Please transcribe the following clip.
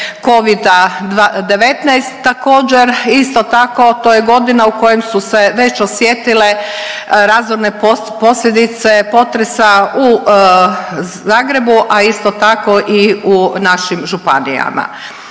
covida-19, također isto tako to je godina u kojoj su se već osjetile razorne posljedice potresa u Zagrebu, a isto tako i u našim županijama.